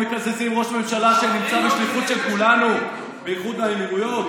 לא מקזזים ראש ממשלה שנמצא בשליחות של כולנו באיחוד האמירויות?